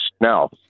Now